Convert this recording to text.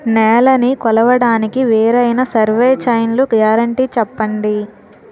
నేలనీ కొలవడానికి వేరైన సర్వే చైన్లు గ్యారంటీ చెప్పండి?